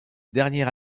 dernier